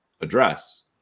address